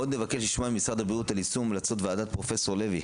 עוד נבקש לשמוע ממשרד הבריאות על יישום המלצות וועדת פרופ' לוי,